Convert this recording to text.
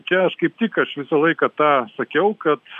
čia aš kaip tik aš visą laiką tą sakiau kad